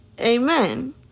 Amen